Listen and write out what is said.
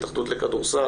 ההתאחדות לכדורסל,